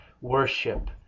worship